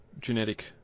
genetic